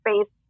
space